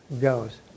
goes